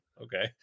okay